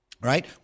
right